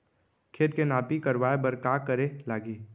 खेत के नापी करवाये बर का करे लागही?